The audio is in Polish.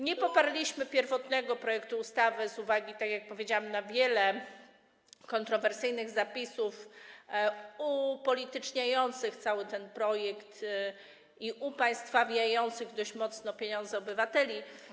Nie poparliśmy pierwotnego projektu ustawy z uwagi, tak jak powiedziałam, na wiele kontrowersyjnych zapisów upolityczniających cały ten projekt i dość mocno upaństwawiających pieniądze obywateli.